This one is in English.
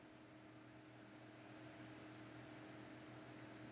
mm